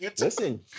Listen